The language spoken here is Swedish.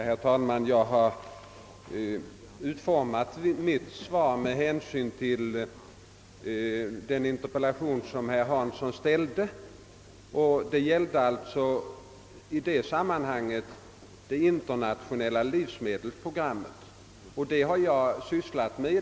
Herr talman! Jag har utformat mitt svar med hänsyn till den interpellation som herr Hansson i Skegrie ställde. Den gällde Internationella livsmedelsprogrammet, vilket jag har sysslat med.